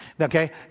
Okay